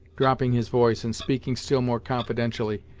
dropping his voice and speaking still more confidentially,